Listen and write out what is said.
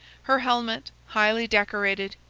her helmet, highly decorated,